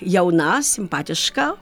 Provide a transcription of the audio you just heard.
jauna simpatiška